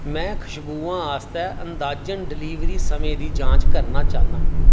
में खुश्बुआं आस्तै अंदाजन डिलीवरी समें दी जांच करना चाह्न्नां